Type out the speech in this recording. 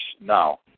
now